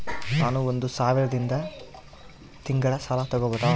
ನಾನು ಒಂದು ಸಾವಿರದಿಂದ ತಿಂಗಳ ಸಾಲ ತಗಬಹುದಾ?